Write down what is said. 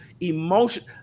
emotion